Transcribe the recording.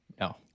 no